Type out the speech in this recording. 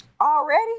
Already